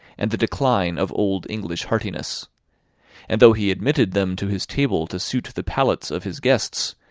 and the decline of old english heartiness and though he admitted them to his table to suit the palates of his guests,